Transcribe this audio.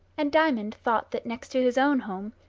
and diamond thought that, next to his own home,